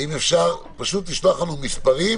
אשי, נבקש שתשלח לנו מספרים